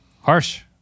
Harsh